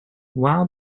while